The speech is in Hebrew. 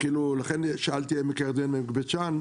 לכן שאלתי לגבי עמק בית שאן,